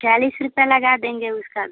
चालीस रुपये लगा देंगे उसका भी